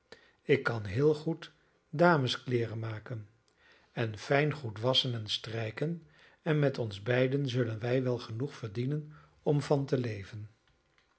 ik kan heel goed dameskleeren maken en fijn goed wasschen en strijken en met ons beiden zullen wij wel genoeg verdienen om van te leven